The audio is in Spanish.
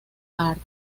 hart